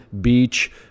Beach